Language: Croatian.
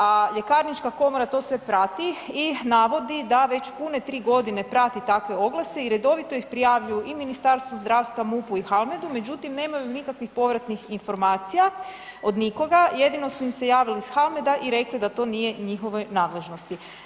A ljekarnička komora to sve prati i navodi da već pune tri godine prati takve oglase i redovito ih prijavljuju i Ministarstvu zdravstvu, MUP-u i HALMED-u međutim nemaju nikakvih povratnih informacija od nikoga, jedino su im se javili iz HALMED-a i rekli da to nije u njihovoj nadležnosti.